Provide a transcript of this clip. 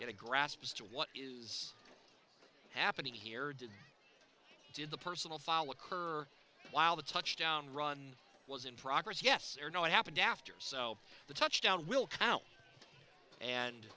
get a grasp as to what is happening here did did the personal foul occur while the touchdown run was in progress yes or no what happened after the touchdown will count and